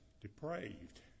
depraved